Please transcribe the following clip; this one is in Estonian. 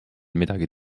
midagi